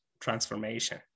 transformation